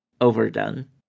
overdone